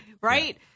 right